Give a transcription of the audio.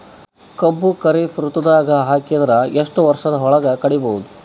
ಕಬ್ಬು ಖರೀಫ್ ಋತುದಾಗ ಹಾಕಿದರ ಎಷ್ಟ ವರ್ಷದ ಒಳಗ ಕಡಿಬಹುದು?